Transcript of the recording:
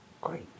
Great